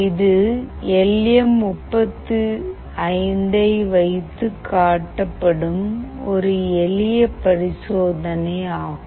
இது L M 35 வைத்து காட்டப்படும் ஒரு எளிய பரிசோதனையாகும்